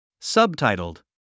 Subtitled